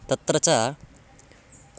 तत्र च